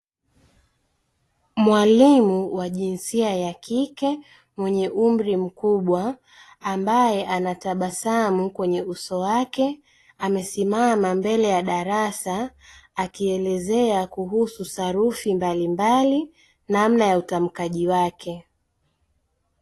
Mwalimu wa jinsia ya kike mwenye umri mkubwa, ambaye anatabasamu kwenye uso wake amesimama mbele ya darasa akielezea kuhusu sarufi mbalimbali namna ya utamkaji wake.